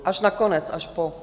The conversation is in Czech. Až nakonec, až po.